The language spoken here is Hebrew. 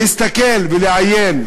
להסתכל ולעיין,